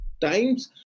times